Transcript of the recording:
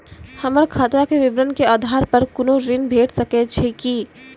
हमर खाता के विवरण के आधार प कुनू ऋण भेट सकै छै की?